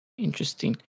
interesting